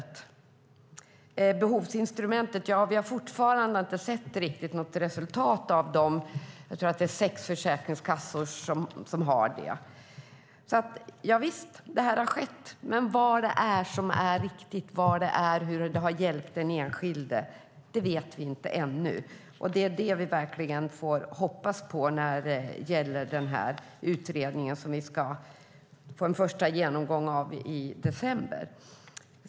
När det gäller behovsinstrumentet har vi fortfarande inte riktigt sett något resultat av de, tror jag, sex försäkringskassor som har det. Dessa saker har skett, javisst, men hur det har hjälpt den enskilde vet vi ännu inte. Vi får verkligen hoppas på den utredning som vi ska få en första genomgång av i december.